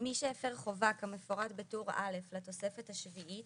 (ב)מי שהפר חובה כמפורט בטור א' לתוספת השביעית,